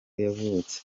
yavutse